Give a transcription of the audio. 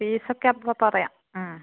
fees ഒക്കെ അപ്പോൾ പറയാം